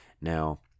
Now